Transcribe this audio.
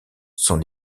sont